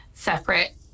Separate